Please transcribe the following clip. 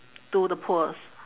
to the poors